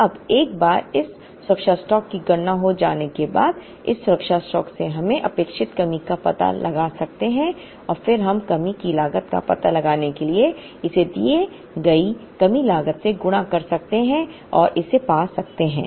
अब एक बार इस सुरक्षा स्टॉक की गणना हो जाने के बाद इस सुरक्षा स्टॉक से हम अपेक्षित कमी का पता लगा सकते हैं और फिर हम कमी की लागत का पता लगाने के लिए इसे दिए गए कमी लागत से गुणा कर सकते हैं और इसे पा सकते हैं